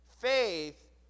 Faith